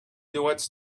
duets